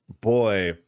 Boy